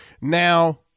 now